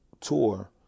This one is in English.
tour